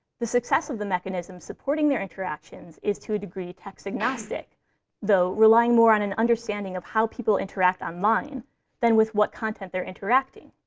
the success of the mechanisms supporting their interactions is, to a degree, text-agnostic though relying more on an understanding of how people interact online than with what content they're interacting.